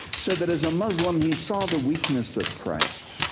said that as a muslim, he saw the weakness of christ.